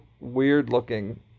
weird-looking